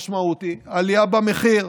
המשמעות היא עלייה במחיר.